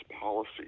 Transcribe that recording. policy